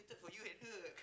for you and her